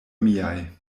miaj